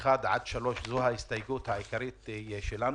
1 עד 3, זו ההסתייגות העיקרית שלנו.